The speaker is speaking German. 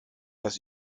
das